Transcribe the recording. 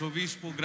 Obispo